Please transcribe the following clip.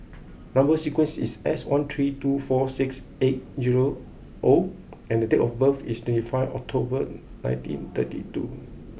number sequence is S one three two four six eight zero O and date of birth is twenty five October nineteen thirty two